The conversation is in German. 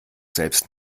selbst